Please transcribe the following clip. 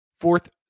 fourth